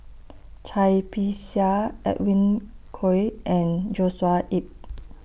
Cai Bixia Edwin Koek and Joshua Ip